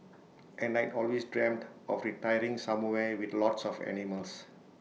and I'd always dreamed of retiring somewhere with lots of animals